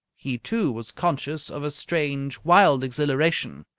he, too, was conscious of a strange, wild exhilaration.